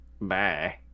Bye